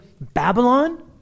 Babylon